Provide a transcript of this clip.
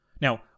Now